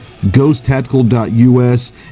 ghosttactical.us